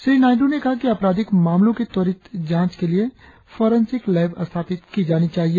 श्री नायडू ने कहा कि अपराधिक मामलों की त्वरित जांच के लिए फारेंसिक लैब स्थापित की जानी चाहिए